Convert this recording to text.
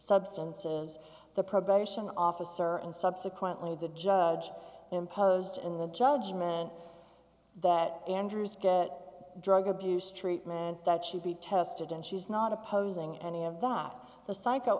substances the probation officer and subsequently the judge imposed in the judgment that andrea's get drug abuse treatment that should be tested and she's not opposing any of them not the psycho